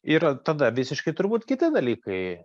yra tada visiškai turbūt kiti dalykai